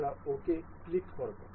আমরা ok এ click করব